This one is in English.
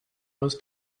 was